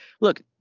Look